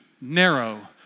narrow